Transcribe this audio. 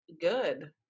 Good